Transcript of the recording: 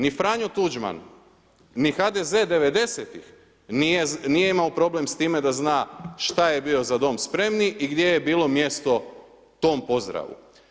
Ni Franjo Tuđman, ni HDZ devedesetih nije imao problem s time da zna što je bio Za dom spremni i gdje je bilo mjesto tom pozdravu.